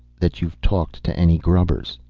that you've talked to any grubbers!